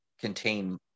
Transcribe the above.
contain